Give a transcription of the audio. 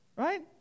right